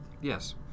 Yes